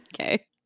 Okay